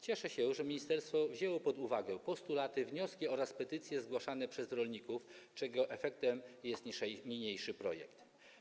Cieszę się, że ministerstwo wzięło pod uwagę postulaty, wnioski oraz petycje zgłaszane przez rolników, czego efektem jest niniejszy projekt.